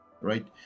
right